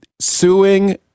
Suing